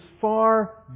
far